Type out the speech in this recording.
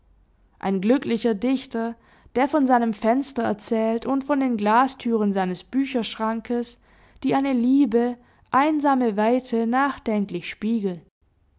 ein glücklicher dichter der von seinem fenster erzählt und von den glastüren seines bücherschrankes die eine liebe einsame weite nachdenklich spiegeln